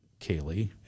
Kaylee